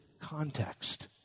context